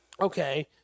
Okay